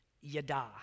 Yada